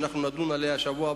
שנדון עליו בשבוע הבא,